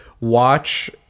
watch